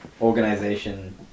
organization